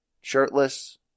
shirtless